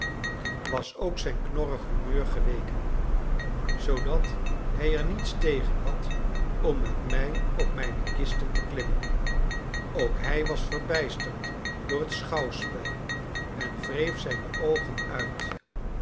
was ook zijn knorrig humeur geweken zoodat hij er niets tegen had om met mij op mijne kisten te klimmen ook hij was verbijsterd door het schouwspel en wreef zijne oogen uit